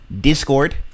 Discord